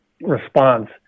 response